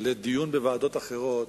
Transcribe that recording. לדיון בוועדות אחרות,